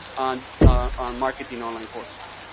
on on marketing online courses.